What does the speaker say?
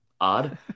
odd